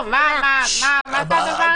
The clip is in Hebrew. מה זה הדבר הזה?